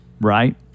Right